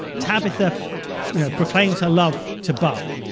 tabitha proclaims her love to buck.